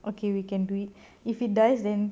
okay we can do it if it dies then